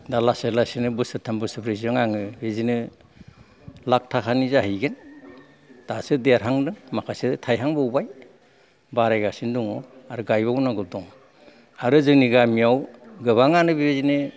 दा लासै लासैनो बोसोर थाम बोसोरब्रैजों आङो बिदिनो लाख थाखानि जाहैगोन दासो देरहांदों माखासे थायहांबावबाय बारायगासिनो दङ आरो गायबावनांगौ दं आरो जोंनि गामियाव गोबांआनो बेबायदिनो